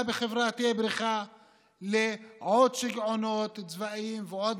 בחברה תהיה עוד פעם בריחה לעוד שיגעונות צבאיים ועוד